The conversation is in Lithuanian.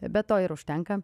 be to ir užtenka